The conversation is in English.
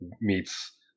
meets